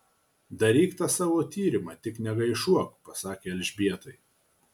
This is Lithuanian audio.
daryk tą savo tyrimą tik negaišuok pasakė elžbietai